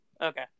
Okay